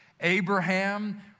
Abraham